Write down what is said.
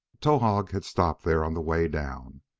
towahg had stopped there on the way down.